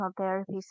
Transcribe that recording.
therapy